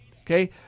okay